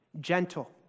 gentle